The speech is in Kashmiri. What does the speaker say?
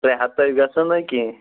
ترےٚ ہتَس گَژھو نہٕ کینٛہہ